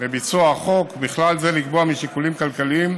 לביצוע החוק, ובכלל זה לקבוע, משיקולים כלכליים,